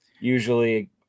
Usually